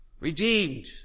redeemed